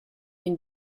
den